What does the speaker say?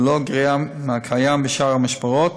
ללא גריעה מהקיים בשאר המשמרות,